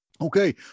Okay